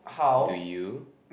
do you